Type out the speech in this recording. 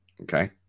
Okay